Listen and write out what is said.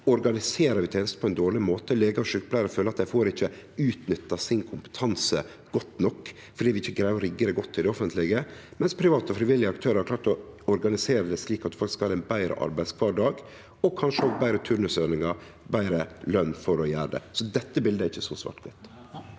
organiserer vi tenestene på ein dårleg måte. Legar og sjukepleiarar føler at dei ikkje får utnytta sin kompetanse godt nok, fordi vi ikkje greier å rigge det godt i det offentlege, mens private og frivillige aktørar har klart å organisere det slik at folk skal ha ein betre arbeidskvardag og kanskje òg betre turnusordningar og betre løn. Dette bildet er ikkje svart-kvitt.